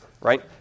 right